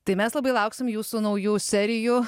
tai mes labai lauksim jūsų naujų serijų